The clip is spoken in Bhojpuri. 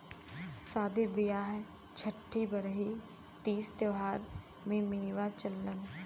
सादी बिआह छट्ठी बरही तीज त्योहारों में मेवा चलला